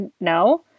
No